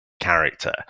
character